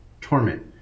torment